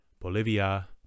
Bolivia